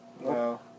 No